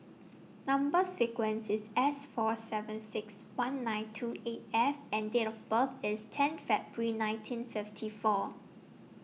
Number sequence IS S four seven six one nine two eight F and Date of birth IS ten February nineteen fifty four